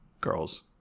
girls